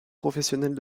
professionnels